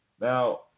Now